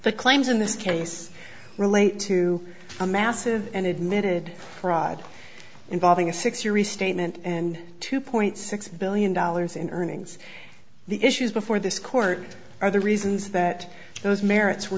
the claims in this case relate to a massive and admitted fraud involving a six year restatement and two point six billion dollars in earnings the issues before this court are the reasons that those merits were